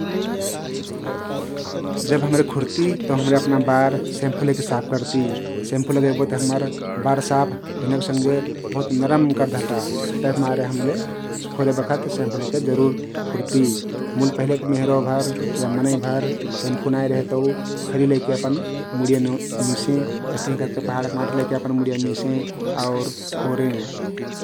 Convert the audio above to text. जब हम्रे खुरती तउ हम्रे अपना बार स्याम्फु लैके साफ करती । स्याम्फु लगैबोत हम्मर बार साफ हुइनाके सँघे बहुत नरम कर देहता । तभिमारे हम्रे खोरे बखत स्याम्फु लैके जरुर खुरती मुल पहिलेक मेहरुवाभर या मनैभर स्याम्फु नाई रहे तउ खरी लैके अपन मुडिया मिसें । अइस्तहिं करके पहाडक माटी लैके अपन मुडिया मिसें आउर खोरें ।